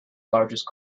largest